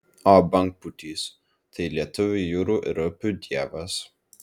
o bangpūtys tai lietuvių jūrų ir upių dievas